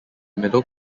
middle